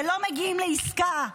ולא מגיעים לעסקה,